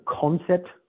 concept